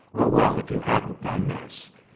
oh, well, if you hadn't done this